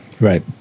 Right